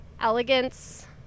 elegance